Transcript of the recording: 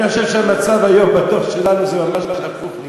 אני חושב שהמצב היום, בדור שלנו זה נהיה ממש הפוך: